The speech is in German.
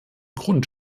grund